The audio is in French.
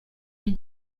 les